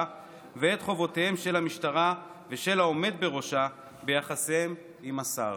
ואת חובותיהם של המשטרה ושל העומד בראשה ביחסיהם עם השר.